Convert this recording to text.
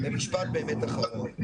משפט אחרון.